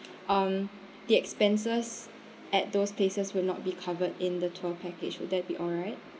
um the expenses at those places will not be covered in the tour package would that be alright